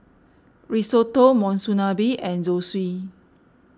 Risotto Monsunabe and Zosui